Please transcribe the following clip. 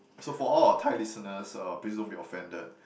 so for all our Thai listeners uh please don't be offended